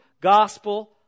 gospel